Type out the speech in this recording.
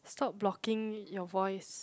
stop blocking your voice